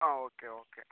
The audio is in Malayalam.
ആ ഓക്കെ ഓക്കെ